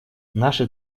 наши